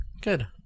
Good